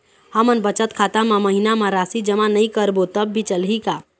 हमन बचत खाता मा महीना मा राशि जमा नई करबो तब भी चलही का?